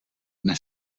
dne